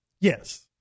Yes